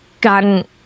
gotten